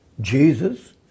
Jesus